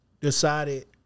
decided